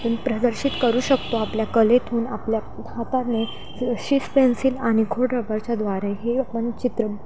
तुन प्रदर्शित करू शकतो आपल्या कलेतून आपल्या हाताने शिस पेन्सिल आणि खोडरबरच्या द्वारे हे आपण चित्र